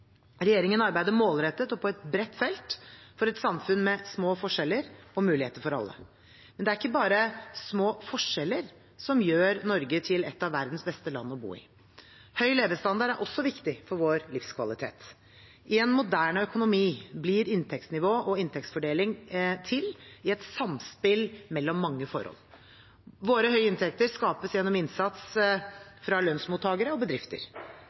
Regjeringen arbeider målrettet, og på et bredt felt, for et samfunn med små forskjeller og muligheter for alle. Men det er ikke bare små forskjeller som gjør Norge til et av verdens beste land å bo i. Høy levestandard er også viktig for vår livskvalitet. I en moderne økonomi blir inntektsnivå og inntektsfordeling til i et samspill mellom mange forhold. Våre høye inntekter skapes gjennom innsats fra lønnsmottakere og bedrifter.